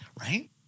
Right